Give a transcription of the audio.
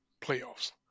playoffs